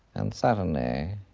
and suddenly